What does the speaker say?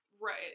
Right